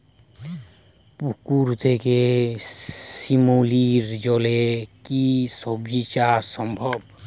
পুকুর থেকে শিমলির জলে কি সবজি চাষ সম্ভব?